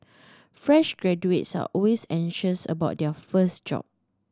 fresh graduates are always anxious about their first job